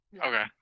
Okay